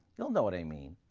you'll know what i mean.